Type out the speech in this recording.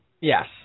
Yes